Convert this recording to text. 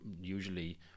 usually